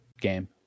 game